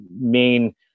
main